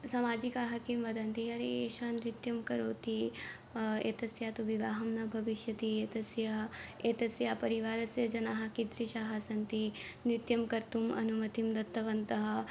सामाजिकाः किं वदन्ति अरे एषा नृत्यं करोति एतस्याः तु विवाहः न भविष्यति एतस्याः एतस्य परिवारस्य जनाः कीदृशाः सन्ति नृत्यं कर्तुम् अनुमतिं दत्तवन्तः